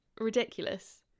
ridiculous